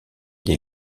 des